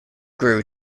grew